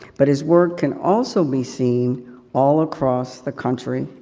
but his work can also be seen all across the country,